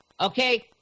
Okay